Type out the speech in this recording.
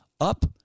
up